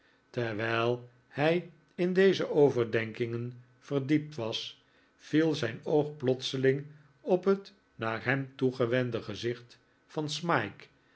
terwijl hij in deze overdenkingen verdiept was viel zijn oog plotseling op het naar hem toegewende gezicht van smike